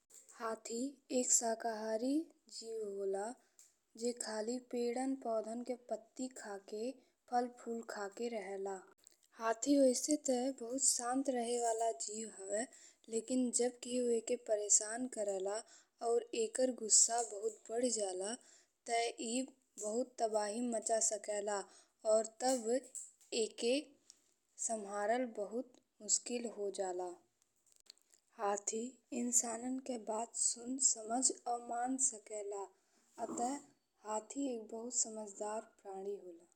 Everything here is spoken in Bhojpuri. हाथी एक शाकाहारी जीव होला जे खाली पेड़न-पोषण के पत्ती खा के फल-फूल खा के रहेला। हाथी वैसे ते बहुत शांत रहे वाला जीव हवे लेकिन जब केहू एके परेशान करेला और एकर गुस्सा बहुत बढ़ी जाला ते ई बहुत तबाही मचा सकेला और तब एके संभारल बहुत मुश्किल हो जाला। हाथी इंसानन के बात सुन, समझ और मान सकेला। अत: हाथी एक बहुत समझदार प्राणी होला।